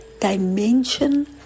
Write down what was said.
Dimension